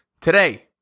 Today